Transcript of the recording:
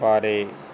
ਬਾਰੇ